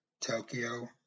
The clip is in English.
Tokyo